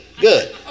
good